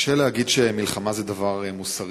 קשה להגיד שמלחמה זה דבר מוסרי,